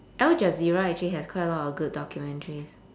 al jazeera actually has quite a lot of good documentaries